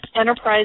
enterprise